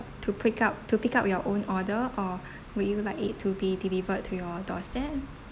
to pick up to pick up your own order or would you like it to be delivered to your doorstep